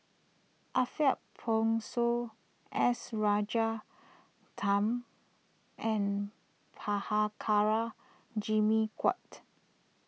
Ariff Bongso S Rajaratnam and Prabhakara Jimmy Quek